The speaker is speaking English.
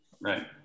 Right